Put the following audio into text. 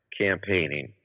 campaigning